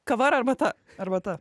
kava ar arbata arbata